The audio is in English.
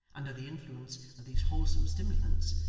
under the influence of these wholesome stimulants,